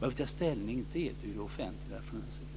Vad vi tar ställning till är hur